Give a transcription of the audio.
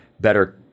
better